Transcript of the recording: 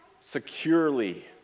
securely